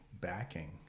backing